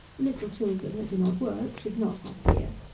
little children, that do not work, should not have beer.